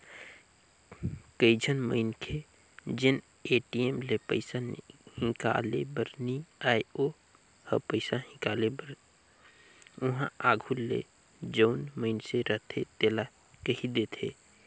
कइझन मनखे जेन ल ए.टी.एम ले पइसा हिंकाले बर नी आय ओ ह पइसा हिंकाले बर उहां आघु ले जउन मइनसे रहथे तेला कहि देथे